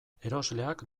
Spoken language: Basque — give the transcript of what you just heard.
erosleak